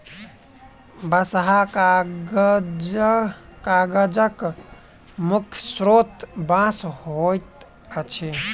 बँसहा कागजक मुख्य स्रोत बाँस होइत अछि